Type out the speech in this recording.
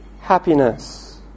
happiness